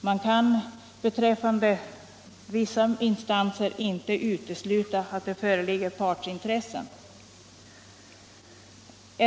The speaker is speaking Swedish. Man kan beträffande vissa instanser inte utesluta att det kan föreligga partsintressen.